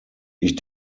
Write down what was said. ich